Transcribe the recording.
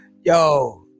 yo